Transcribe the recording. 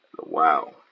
Wow